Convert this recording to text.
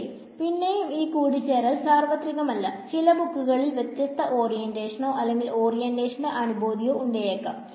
ശെരി പിന്നെയും ഈ കൂടിച്ചേരൽ സർവത്രികമല്ല ചില ബുക്ക്കളിൽ വ്യത്യസ്ഥ ഓറിയന്റേഷനോ അല്ലെങ്കിൽ ഓറിയന്റേഷൻറെ അനുഭൂതിയോ ഉണ്ടായേക്കാം